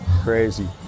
Crazy